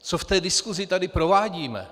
Co v té diskusi tady provádíme?